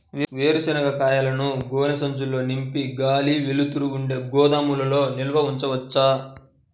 వేరుశనగ కాయలను గోనె సంచుల్లో నింపి గాలి, వెలుతురు ఉండే గోదాముల్లో నిల్వ ఉంచవచ్చా?